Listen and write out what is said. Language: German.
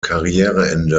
karriereende